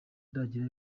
ndagira